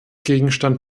gegenstand